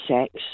sex